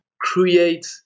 create